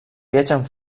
viatgen